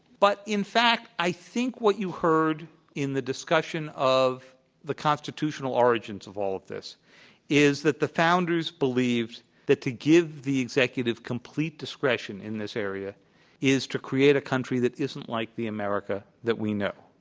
but in fact i think what you heard in the discussion of the constitutional origins of all of this is that the foundersbelieved that to give the executive complete discretion in this area is to create a country that isn't like the america that we know.